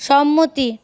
সম্মতি